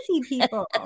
people